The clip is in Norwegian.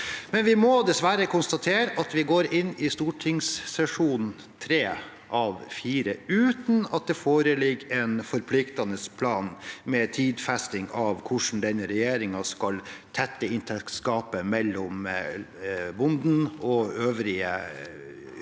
imidlertid dessverre konstatere at vi går inn i stortingssesjon tre av fire uten at det foreligger en forpliktende plan med tidfesting av hvordan denne regjeringen skal tette inntektsgapet mellom bonden og øvrige